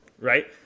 right